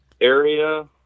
area